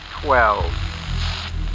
twelve